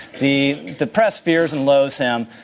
the the press fears and loathes him,